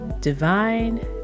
divine